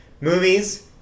movies